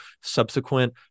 subsequent